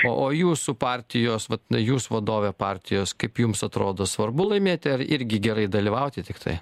o o jūsų partijos vat jūs vadovė partijos kaip jums atrodo svarbu laimėti ar irgi gerai dalyvauti tiktai